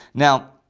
now,